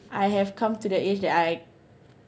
I have come to the age that I